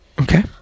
Okay